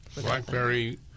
Blackberry